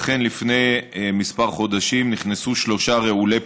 אכן לפני כמה חודשים נכנסו שלושה רעולי פנים,